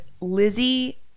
Lizzie